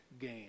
gain